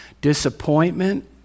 disappointment